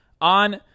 on